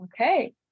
okay